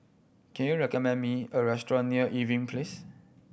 can you recommend me a restaurant near Irving Place